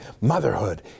motherhood